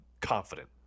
confident